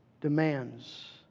demands